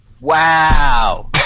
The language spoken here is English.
Wow